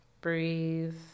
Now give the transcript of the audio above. breathe